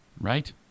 right